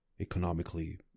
economically